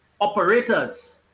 operators